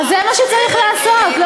זה מה שצריך לעשות.